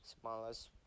smallest